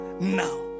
now